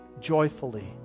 joyfully